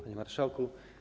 Panie Marszałku!